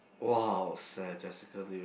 !waseh! Jessica-Liu